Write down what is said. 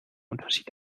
unterschied